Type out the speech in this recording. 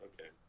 Okay